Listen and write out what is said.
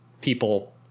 people